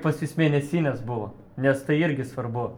pas jus mėnesinės buvo nes tai irgi svarbu